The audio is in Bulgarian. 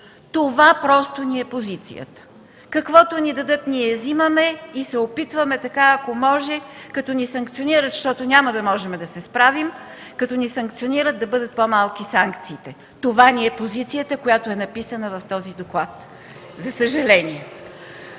Това просто ни е позицията – каквото ни дадат ние взимаме и се опитваме, ако може, защото няма да можем да се справим, като ни санкционират да бъдат по-малки санкциите. Това ни е позицията, която е написана в този доклад. За съжаление.